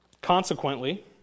Consequently